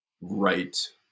Right